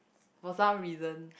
for some reason